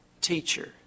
teacher